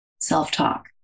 self-talk